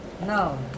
No